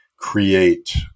create